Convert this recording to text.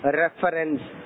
reference